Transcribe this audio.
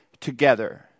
together